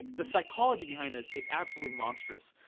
the psychology behind this is absolutely monstrous.